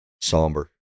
somber